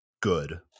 good